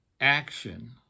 action